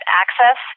access